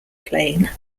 plane